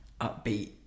upbeat